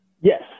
Yes